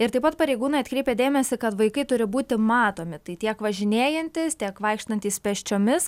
ir taip pat pareigūnai atkreipia dėmesį kad vaikai turi būti matomi tai tiek važinėjantys tiek vaikštantys pėsčiomis